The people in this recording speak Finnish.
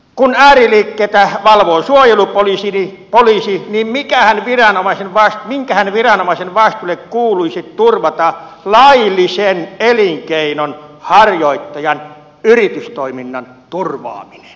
kun ääriliikkeitä valvoo suojelupoliisi niin minkähän viranomaisen vastuulle kuuluisi turvata laillisen elinkeinon harjoittajan yritystoiminnan turvaaminen